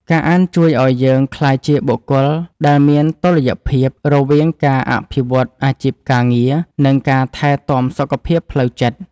ការអានជួយឱ្យយើងក្លាយជាបុគ្គលដែលមានតុល្យភាព រវាងការអភិវឌ្ឍអាជីពការងារ និងការថែទាំសុខភាពផ្លូវចិត្ត។